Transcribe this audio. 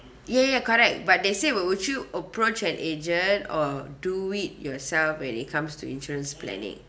ya ya correct but they say would would you approach an agent or do it yourself when it comes to insurance planning